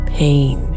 pain